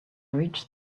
reached